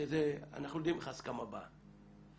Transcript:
אנחנו יודעים איך הסכמה באה.